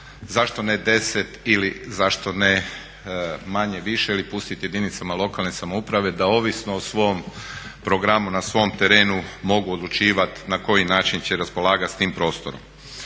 Zašto ne 10 ili zašto ne manje, više ili pustiti jedinicama lokalne samouprave da ovisno o svom programu na svom terenu mogu odlučivati na koji način će raspolagati s tim prostorom.